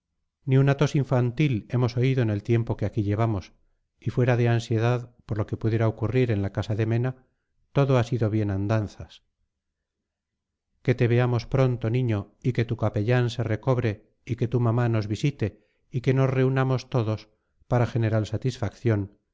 ni una tos infantil hemos oído en el tiempo que aquí llevamos y fuera de ansiedad por lo que pudiera ocurrir en la casa de mena todo ha sido bienandanzas que te veamos pronto niño y que tu capellán se recobre y que tu mamá nos visite y que nos reunamos todos para general satisfacción